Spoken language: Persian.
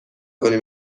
کنی